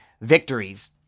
victories